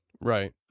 Right